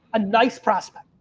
a nice prospect.